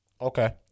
Okay